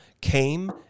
came